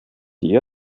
die